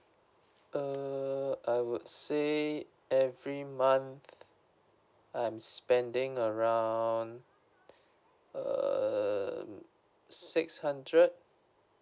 err I would say every month I'm spending around err six hundred